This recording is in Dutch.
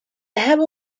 hebben